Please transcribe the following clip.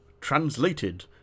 Translated